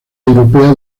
europea